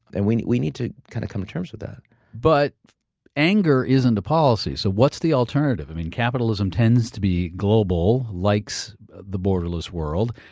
and we need we need to kind of come to terms with that but anger isn't a policy. so what's the alternative? i mean capitalism tends to be global, likes the borderless world.